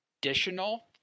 additional